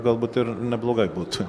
galbūt ir neblogai būtų